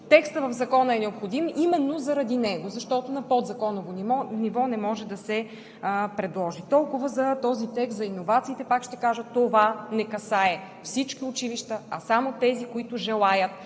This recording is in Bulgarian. Текстът в Закона е необходим именно заради него, защото на подзаконово ниво не може да се предложи. Толкова за този текст за иновациите. Пак ще кажа, това не касае всички училища, а само тези, които желаят.